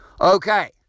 okay